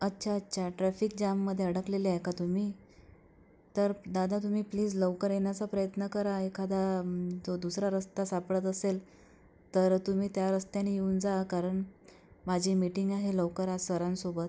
अच्छा अच्छा ट्रॅफिक जॅममध्ये अडकलेले आहे का तुम्ही तर दादा तुम्ही प्लीज लवकर येण्याचा प्रयत्न करा एखादा तो दुसरा रस्ता सापडत असेल तर तुम्ही त्या रस्त्याने येऊन जा कारण माझी मीटिंग आहे लवकर आज सरांसोबत